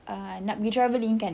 uh nak pergi travelling kan